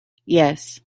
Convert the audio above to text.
yes